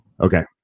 Okay